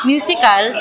Musical